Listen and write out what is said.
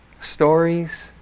stories